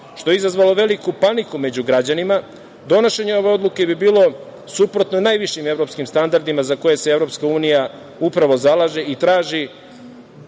što je izazvalo veliku paniku među građanima. Donošenje ove odluke bi bilo suprotno najvišim evropskim standardima za koje se EU upravo zalaže i traži